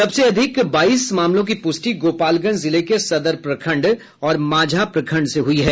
सबसे अधिक बाईस मामलों की पुष्टि गोपालगंज जिले के सदर प्रखंड और मांझा प्रखंड से हुई है